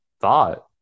thought